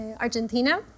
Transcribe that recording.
Argentina